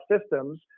systems